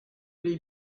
les